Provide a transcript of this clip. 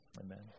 Amen